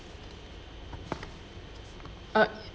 uh